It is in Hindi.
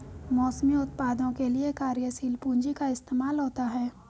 मौसमी उत्पादों के लिये कार्यशील पूंजी का इस्तेमाल होता है